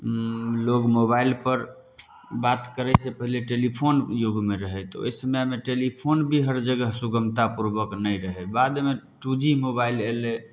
लोग मोबाइल पर बात करय से पहिले टेलिफोन युगमे रहय तऽ ओहि समयमे टेलिफोन भी हर जगह सुगमता पूर्वक नहि रहै बादमे टू जी मोबाइल अयलै